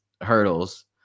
hurdles